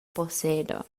posseda